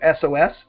SOS